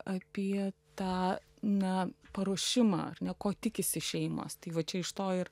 apie tą na paruošimą ar ne ko tikisi šeimos tai va čia iš to ir